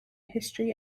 history